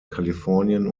kalifornien